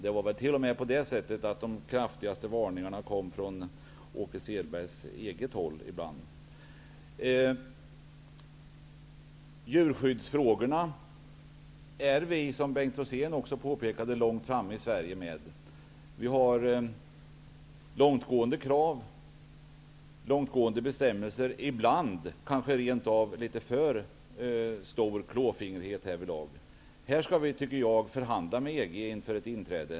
Det var väl t.o.m. på det sättet att de kraftigaste varningarna ibland kom från Åke Selbergs eget håll. Beträffande djurskyddsfrågorna ligger vi i Sverige, som Bengt Rosén också påpekade, långt fram. Vi har ju långtgående krav och långtgående bestämmelser. Ibland är det kanske rent av litet för stor klåfingrighet härvidlag. Här tycker jag att vi skall förhandla med EG inför ett inträde.